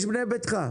מאזן גנאים (רע"מ, רשימת האיחוד הערבי):